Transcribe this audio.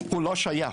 הוא לא שייך.